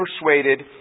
persuaded